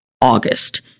August